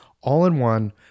all-in-one